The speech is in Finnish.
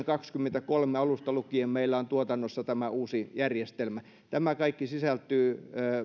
kaksikymmentäkolme alusta lukien meillä on tuotannossa tämä uusi järjestelmä tämä kaikki sisältyy